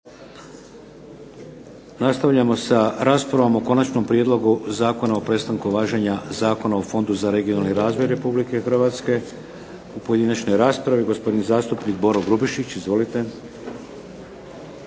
Nastavljamo sa raspravom o Konačnom prijedlogu zakona o prestanku važenja Zakona o Fondu za regionalni razvoj Republike Hrvatske. U pojedinačnoj raspravi, gospodin zastupnik Boro Grubišić. Izvolite.